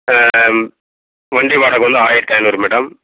வண்டி வாடகை வந்து ஆயிரத்தி ஐந்நூறு மேடம்